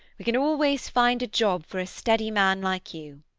we can always find a job for a steady man like you.